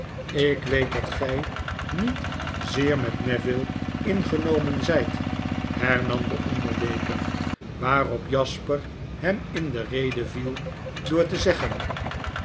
lk weet dat gy niet zeer met neville ingenomen zyt hernam de onder deken waarop jasper hem in de rede viel door te zeggen